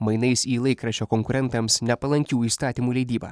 mainais į laikraščio konkurentams nepalankių įstatymų leidybą